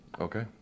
Okay